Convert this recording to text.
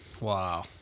Wow